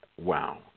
Wow